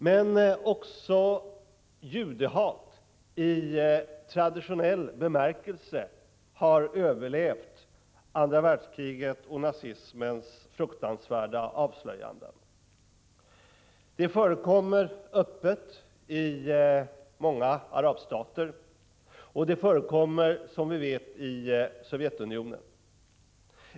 Men också judehat i traditionell bemärkelse har överlevt andra världskrigets och nazismens fruktansvärda avslöjanden. Det förekommer öppet i många arabstater, och det förekommer som vi vet i Sovjetunionen.